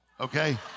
Okay